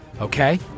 Okay